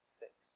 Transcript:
fix